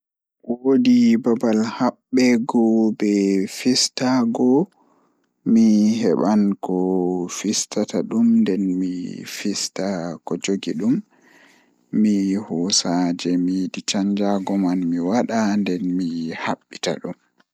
Woodi babal habbego be fistaago mi heban ko fistata dum nden mi fista ko jogi dum mi hoosa jei mi yidi canjaago man mi wada nden mi habbita dum.